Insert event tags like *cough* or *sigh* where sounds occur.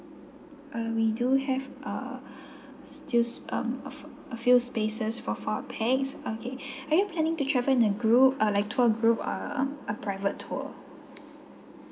uh we do have err *breath* stills um of a few spaces for four pax okay *breath* are you planning to travel in a group uh like tour group or a private tour